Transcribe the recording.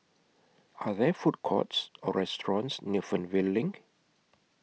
Are There Food Courts Or restaurants near Fernvale LINK